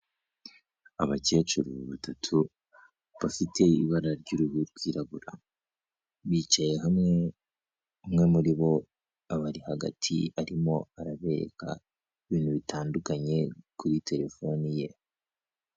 Abakecuru batatu bafite ibara ry'uruhu rwirabura, bicaye hamwe umwe muri bo aba ari hagati arimo arabeka ibintu bitandukanye kuri terefone ye.